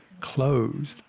closed